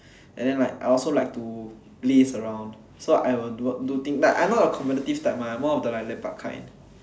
and then like I also like to laze around so I will do things like I not a competitive type mah I'm more of the lepak kind